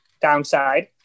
downside